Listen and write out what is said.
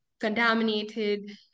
contaminated